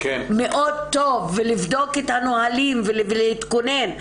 לבדוק את הנהלים ולהתכונן.